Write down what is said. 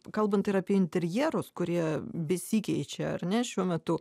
kalbant ir apie interjerus kurie besikeičia ar ne šiuo metu